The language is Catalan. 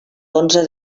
onze